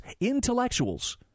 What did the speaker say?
intellectuals